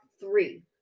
three